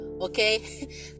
okay